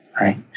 right